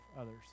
others